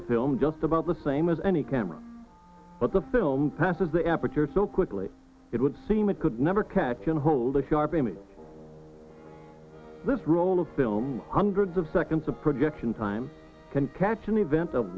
the film just about the same as any camera but the film passes the aperture so quickly it would seem it could never catch and hold a sharp image this roll of film hundreds of seconds of projection time can catch an event of